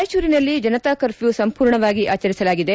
ರಾಯಚೂರಿನಲ್ಲಿ ಜನತಾ ಕರ್ಫ್ಯೂ ಸಂಪೂರ್ಣವಾಗಿ ಆಚರಿಸಲಾಗಿದೆ